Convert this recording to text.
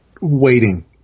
waiting